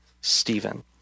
Stephen